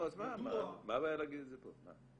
מה הבעיה להגיד את זה פה?